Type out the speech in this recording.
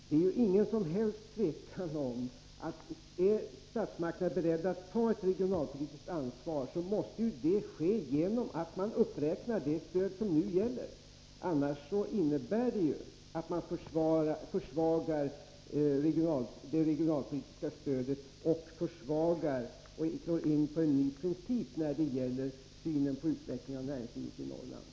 Det är inget som helst tvivel om att är statsmakterna beredda att ta ett regionalpolitiskt ansvar måste det ske genom att man uppräknar det stöd som nu gäller; någonting annat innebär att man försvagar det regionalpolitiska stödet och inför en ny princip när det gäller synen på utvecklingen av näringslivet i Norrland.